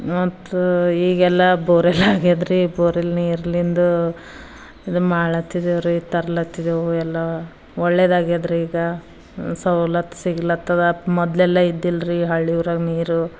ಮತ್ತು ಈಗೆಲ್ಲ ಬೋರೆಲ್ ಆಗ್ಯಾದ್ರಿ ಬೋರ್ವೆಲ್ ನೀರಿಂದ ಇದು ಮಾಡತ್ತಿದ್ದೇವ್ರಿ ತರ್ಲಾತಿದ್ದೇವು ಎಲ್ಲ ಒಳ್ಳೆದಾಗ್ಯಾದ್ರಿ ಈಗ ಸವಲತ್ತು ಸಿಗ್ಲತ್ತದ ಮೊದಲೆಲ್ಲ ಇದ್ದಿಲ್ರಿ ಹಳ್ಳಿವರೆಗೆ ನೀರು